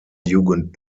jugend